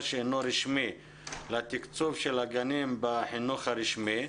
שאינו רשמי לתקצוב של הגנים בחינוך הרשמי.